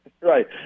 Right